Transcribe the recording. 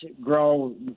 grow